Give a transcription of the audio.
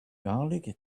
garlic